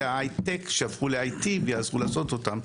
ההייטק שיהפכו ל-IT ויעזרו לעשות אותם.